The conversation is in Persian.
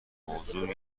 موضوع